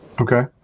Okay